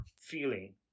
feeling